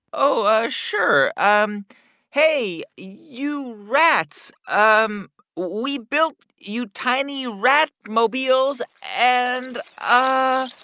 oh, ah sure. um hey, you rats. um we built you tiny rat-mobiles and ah